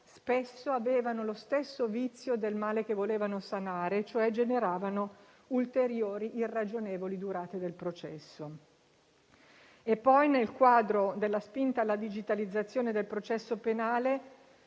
spesso avevano lo stesso vizio del male che volevano sanare, vale a dire generavano ulteriori irragionevoli durate del processo. Poi, nel quadro della spinta alla digitalizzazione del processo penale,